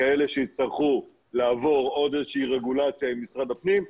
כאלה שיצטרכו לעבור עוד איזה שהיא רגולציה עם משרד הפנים,